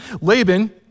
Laban